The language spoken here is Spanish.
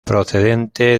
procedente